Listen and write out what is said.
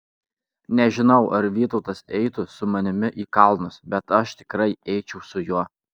nežinau ar vytautas eitų su manimi į kalnus bet aš tikrai eičiau su juo